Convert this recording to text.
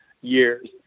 years